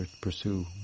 pursue